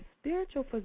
Spiritual